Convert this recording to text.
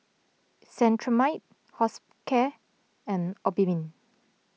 Cetrimide Hospicare and Obimin